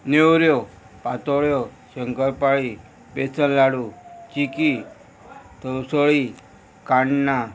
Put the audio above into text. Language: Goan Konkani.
नेवऱ्यो पातोळ्यो शंकरपाळी बेसनलाडू चिकी तवसळी काण्णां